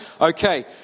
Okay